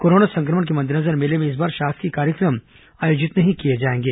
corona संक्रमण के मद्देनजर मेले में इस बार शासकीय कार्यक्रम आयोजित नहीं किए जाएंगे